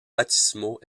baptismaux